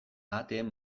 ahateen